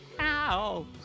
Ow